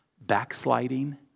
Backsliding